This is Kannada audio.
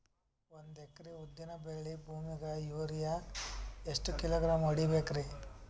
ಒಂದ್ ಎಕರಿ ಉದ್ದಿನ ಬೇಳಿ ಭೂಮಿಗ ಯೋರಿಯ ಎಷ್ಟ ಕಿಲೋಗ್ರಾಂ ಹೊಡೀಬೇಕ್ರಿ?